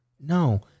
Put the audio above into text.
No